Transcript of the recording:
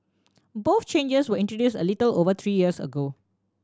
both changes were introduced a little over three years ago